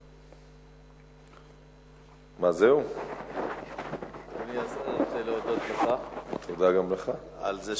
3. מה ייעשה לבדיקה מעמיקה בעניין?